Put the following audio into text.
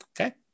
Okay